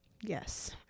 Yes